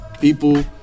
people